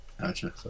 Gotcha